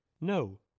No